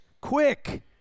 Quick